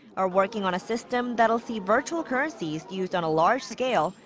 are working on a system that'll see virtual currencies used on a large scale.